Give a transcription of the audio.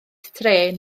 trên